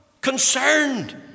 concerned